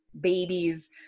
babies